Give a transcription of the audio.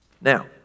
Now